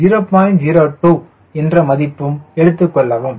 02 என்ற மதிப்பும் எடுத்துக் கொள்ளவும்